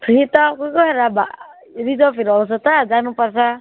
free त अब के हो र अब रिजर्भहरू आउँछ त जानुपर्छ